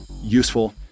useful